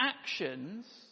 actions